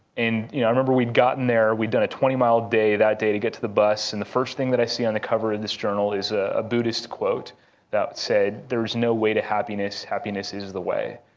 and you know i remember we'd gotten there, we'd done a twenty mile day that day to get to the bus and the first thing that i see on the cover of this journal is ah a buddhist quote that said, there is no way to happiness, happiness is is the way.